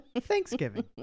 Thanksgiving